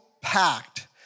packed